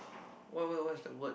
what what what's that word